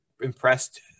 impressed